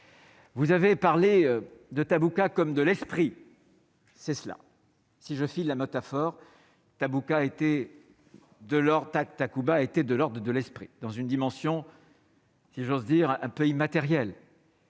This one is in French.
Vous avez parlé de Tabqa comme de l'esprit. C'est cela, si je file la note fort tabou qu'a été de leur Takuba était de l'ordre de l'esprit dans une dimension. Si j'ose dire, un peu immatériel.